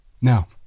Now